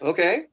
Okay